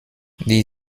die